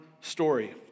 story